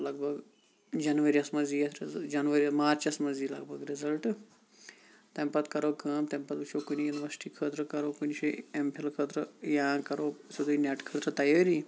لَگ بَگ جَنوریَس منٛز ییہِ اَتھ رِزَلٹ جَنؤریہ مارچَس منٛز ییہِ لَگ بَگ رِزَلٹ تمہِ پَتہٕ کَرَو کٲم تمہِ پَتہٕ وٕچھو کُنہِ یُنِوَرسِٹی خٲطرٕ کَرَو کُنہٕ جایہِ ایٚم پھِل خٲطرٕ یا کَرَو سیوٚدُے نیٹ خٲطرٕ تَیٲری